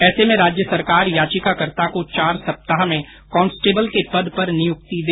ऐसे में राज्य सरकार याचिकाकर्ता को चार सप्ताह में कांस्टेबल के पद पर नियुक्ति दे